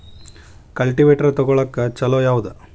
Cultivator ತೊಗೊಳಕ್ಕ ಛಲೋ ಯಾವದ?